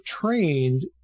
trained